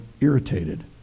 irritated